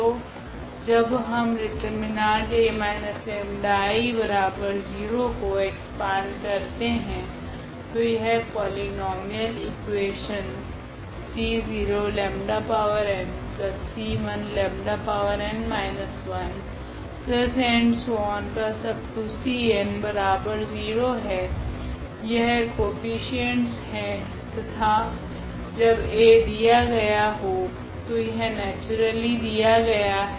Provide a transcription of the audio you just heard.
तो जब हम det𝐴−𝜆𝐼0 को एक्सपेंड करते है तो यह पोलिनोमियल इकुवेशन 𝑐0𝜆𝑛𝑐1𝜆𝑛−1⋯𝑐𝑛0 है यह कोफिशिएंटस है तथा जब A दिया गया हो तो यह नेचुरली दिया गया है